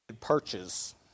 perches